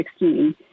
2016